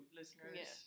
listeners